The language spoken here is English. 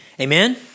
amen